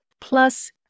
Plus